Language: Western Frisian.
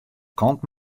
kant